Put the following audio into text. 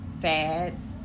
fads